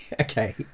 okay